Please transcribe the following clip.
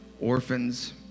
orphans